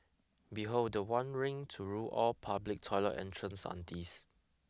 behold the one ring to rule all public toilet entrance aunties